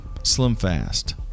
SlimFast